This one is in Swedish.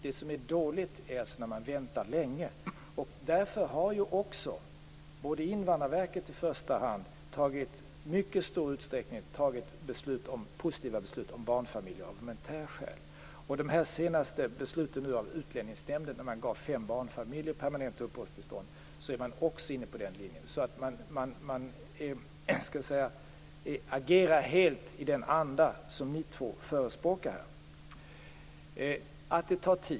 Det som är dåligt är att få vänta länge. Därför har i första hand Invandrarverket i stor utsträckning fattat positiva beslut för barnfamiljer. De senaste besluten av Utlänningsnämnden att ge fem barnfamiljer permanent uppehållstillstånd visar att de också är inne på den linjen. Man agerar helt i den anda ni två förespråkar här.